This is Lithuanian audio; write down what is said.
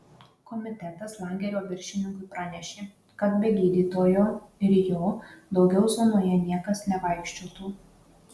komitetas lagerio viršininkui pranešė kad be gydytojo ir jo daugiau zonoje niekas nevaikščiotų